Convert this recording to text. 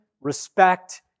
respect